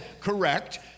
Correct